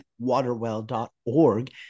waterwell.org